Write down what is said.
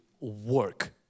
work